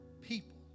people